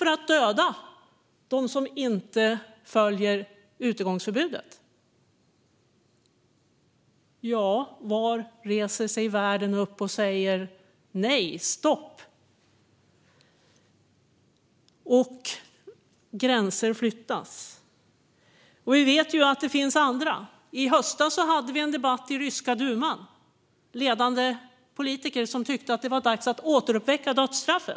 när Duterte säger att man ska skjuta för att döda dem som inte följer utegångsförbudet? Gränser flyttas. I höstas hade man en debatt i den ryska duman, där ledande politiker tyckte att det var dags att återinföra dödsstraffet.